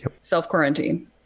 Self-quarantine